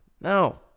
No